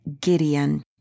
Gideon